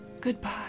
Goodbye